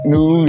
New